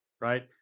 right